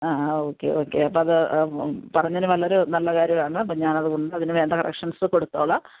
ആ ആ okay okay അപ്പം അത് പറഞ്ഞതിന് വളരെ നല്ല കാര്യമാണ് അപ്പോൾ ഞാൻ അതുകൊണ്ട് അതിനുവേണ്ട കറക്ഷൻസ് കൊടുത്തോളാം